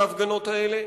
בהפגנות האלה.